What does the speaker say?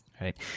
right